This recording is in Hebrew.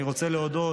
אני רוצה להודות